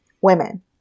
women